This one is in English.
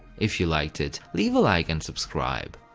if you liked it, leave a like and subscribe.